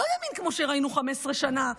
לא ימין כמו שראינו 15 שנה,